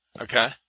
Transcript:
Okay